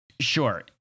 sure